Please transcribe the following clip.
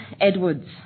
Edwards